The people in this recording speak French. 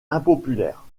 impopulaire